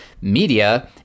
media